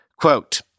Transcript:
Quote